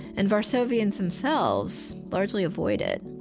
and warsavians themselves largely avoid it.